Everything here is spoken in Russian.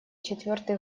четвёртый